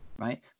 right